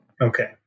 Okay